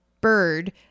bird